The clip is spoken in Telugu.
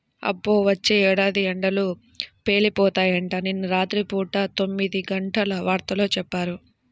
అబ్బో, వచ్చే ఏడాది ఎండలు పేలిపోతాయంట, నిన్న రాత్రి పూట తొమ్మిదిగంటల వార్తల్లో చెప్పారు